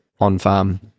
on-farm